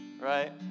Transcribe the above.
right